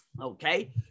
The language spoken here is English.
Okay